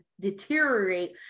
deteriorate